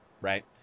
Right